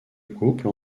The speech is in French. couple